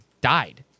died